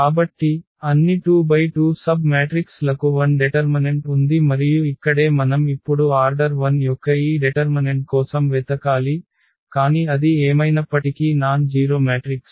కాబట్టి అన్ని 2×2 sub matrix లకు 0 డెటర్మనెంట్ ఉంది మరియు ఇక్కడే మనం ఇప్పుడు ఆర్డర్ 1 యొక్క ఈ డెటర్మనెంట్ కోసం వెతకాలి కాని అది ఏమైనప్పటికీ నాన్ జీరొ మ్యాట్రిక్స్